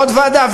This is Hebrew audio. ועוד ועדה,